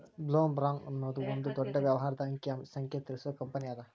ಬ್ಲೊಮ್ರಾಂಗ್ ಅನ್ನೊದು ಒಂದ ದೊಡ್ಡ ವ್ಯವಹಾರದ ಅಂಕಿ ಸಂಖ್ಯೆ ತಿಳಿಸು ಕಂಪನಿಅದ